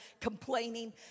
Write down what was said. complaining